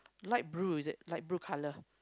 light blue is it light blue colour